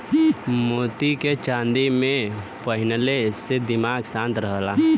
मोती के चांदी में पहिनले से दिमाग शांत रहला